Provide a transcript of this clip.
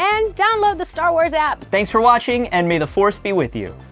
and download the star wars app. thanks for watching and may the force be with you.